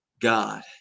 God